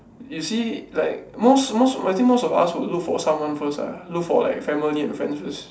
you see like most most I think most us would look for someone first ah look for like family and friends first